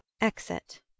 Exit